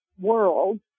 world